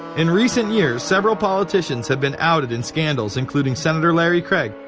in recent years, several politicians have been outted in scandals. including senator larry craig,